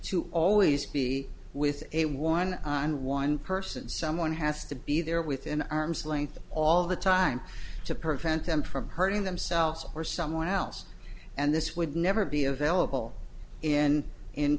to always be with a one on one person someone has to be there within arm's length all the time to prevent them from hurting themselves or someone else and this would never be available in in